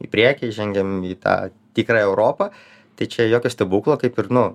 į priekį žengiam į tą tikrąją europą tai čia jokio stebuklo kaip ir nu